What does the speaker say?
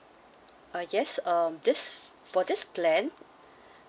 uh yes um this for this plan